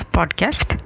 Podcast